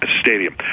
Stadium